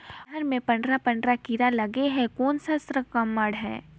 अरहर मे पंडरा पंडरा कीरा लगे हे कौन सा संक्रमण हे?